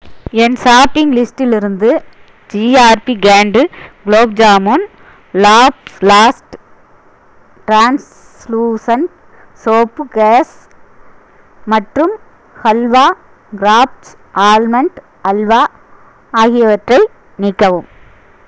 என் shopping லிஸ்டிலிருந்து GRB canned gulab jamun லாப்ஸ்ளாஸ்ட் translucent soap case மற்றும் ஹல்வா கிராஃப்ட் ஆல்மண்ட் அல்வா ஆகியவற்றை நீக்கவும்